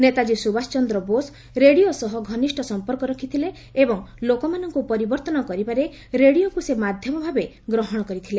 Netaji Subhash Chandra Bose radio ସହ ଘନିଷ୍ଠ ସମ୍ପର୍କ ରଖିଥିଲେ ଏବଂ ଲୋକମାନଙ୍କୁ ପରିବର୍ତ୍ତନ କରିବାରେ ରେଡ଼ିଓକୁ ସେ ମାଧ୍ୟମ ଭାବେ ଗ୍ରହଣ କରିଥିଲେ